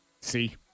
see